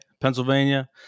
pennsylvania